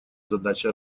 задача